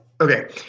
Okay